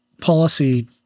policy